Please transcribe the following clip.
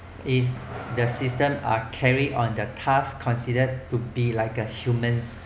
it's the system are carry on the task considered to be like a human